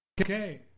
Okay